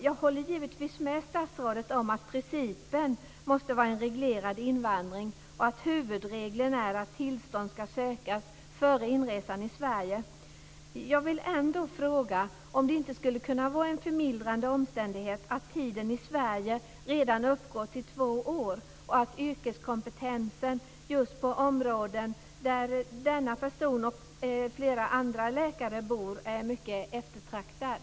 Jag håller givetvis med statsrådet om att principen måste vara en reglerad invandring och att huvudregeln är att tillstånd ska sökas före inresan till Sverige. Jag vill ändå fråga om det inte skulle kunna vara en förmildrande omständighet att tiden i Sverige redan uppgår till två år och att yrkeskompetensen för regioner där denna och andra personer bor är mycket eftertraktad.